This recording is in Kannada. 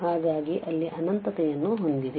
ಹಾಗಾಗಿ ಅಲ್ಲಿ ಅನಂತತೆಯನ್ನು ಹೊಂದಿದೆ